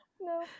No